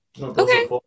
Okay